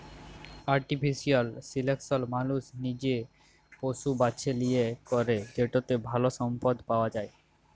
artificial selection মালুস লিজে পশু বাছে লিয়ে ক্যরে যেটতে ভাল সম্পদ পাউয়া যায়